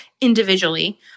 individually